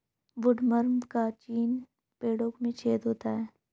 woodworm का चिन्ह पेड़ों में छेद होता है